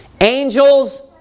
angels